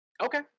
Okay